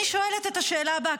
אני שואלת את השאלה הבאה,